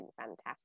fantastic